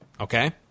okay